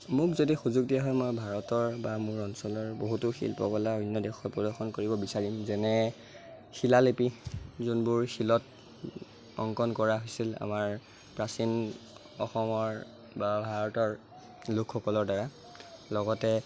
মোক যদি সুযোগ দিয়া হয় মই ভাৰতৰ বা মোৰ অঞ্চলৰ বহুতো শিল্পকলা অন্য দেশত প্ৰদৰ্শন কৰিব বিচাৰিম যেনে শিলালিপি যোনবোৰ শিলত অংকন কৰা হৈছিল আমাৰ প্ৰাচীন অসমৰ বা ভাৰতৰ লোকসকলৰদ্বাৰা লগতে